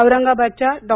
औरंगाबादच्या डॉ